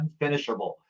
unfinishable